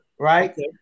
Right